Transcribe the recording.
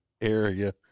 area